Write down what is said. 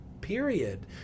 period